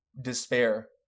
despair